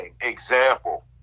Example